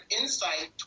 Insight